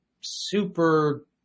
super